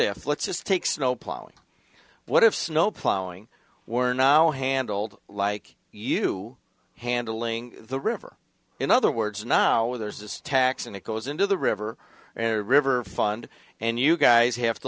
if let's just take snowplowing what if snow plowing were now handled like you handling the river in other words now there's this tax and it goes into the river and river fund and you guys have to